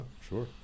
sure